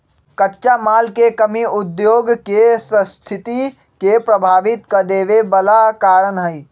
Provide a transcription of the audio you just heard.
कच्चा माल के कमी उद्योग के सस्थिति के प्रभावित कदेवे बला कारण हई